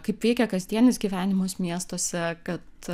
kaip veikia kasdienis gyvenimas miestuose kad